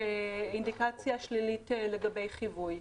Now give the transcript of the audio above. כאינדיקציה שלילית לגבי חיווי.